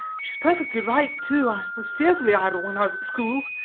she is perfectly right, too. i was fearfully idle when i was at school,